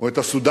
או את הסודנים.